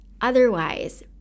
Otherwise